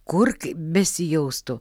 kurk besijaustų